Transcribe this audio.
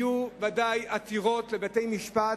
יהיו ודאי עתירות לבתי-משפט,